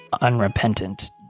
unrepentant